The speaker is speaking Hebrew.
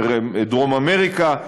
דרום אמריקה,